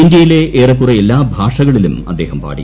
ഇന്ത്യയിലെ ഏറെക്കുറെ എല്ലാ ഭാഷകളിലും അദ്ദേഹം പാടി